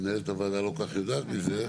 מנהלת הוועדה לא יודעת מזה.